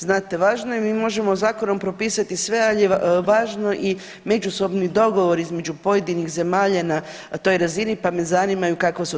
Znate, važno je, mi možemo zakonom propisati sve, al je važno i međusobni dogovor između pojedinih zemalja na toj razini, pa me zanimaju kakva su tu iskustva.